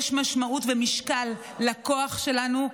יש משמעות ומשקל לכוח שלנו,